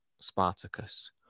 Spartacus